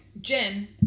Jen